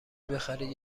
بخرید